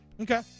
okay